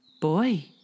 Boy